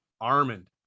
Armand